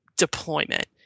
Deployment